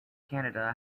canada